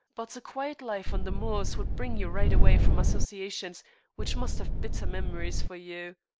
but a quiet life on the moors would bring you right away from associations which must have bitter memories for you.